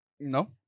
No